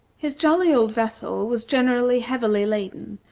his jolly old vessel was generally heavily laden,